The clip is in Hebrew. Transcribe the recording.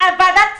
--- ועדת כספים.